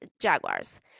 Jaguars